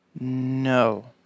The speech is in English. No